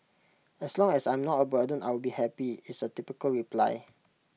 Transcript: as long as I'm not A burden I will be happy is A typical reply